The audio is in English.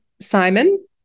Simon